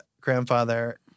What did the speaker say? grandfather